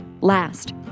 Last